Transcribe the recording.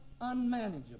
unmanageable